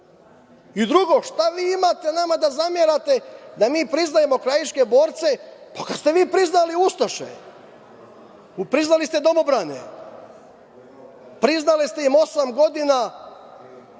Drugo šta vi imate nama da zamerate da mi priznajemo krajiške borce, kad ste vi priznali ustaše, priznali ste domobrane. Priznali ste im osam godina,